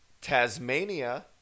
Tasmania